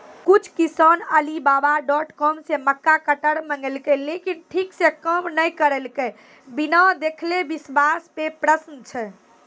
कुछ किसान Alibaba dot com से मक्का कटर मंगेलके लेकिन ठीक से काम नेय करलके, बिना देखले विश्वास पे प्रश्न छै?